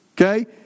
Okay